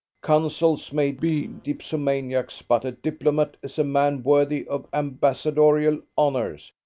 consuls may be dipsomaniacs, but a diplomat is a man worthy of ambassadorial honours.